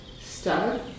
start